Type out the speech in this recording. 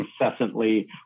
incessantly